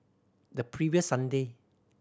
the previous Sunday